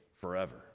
forever